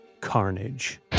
carnage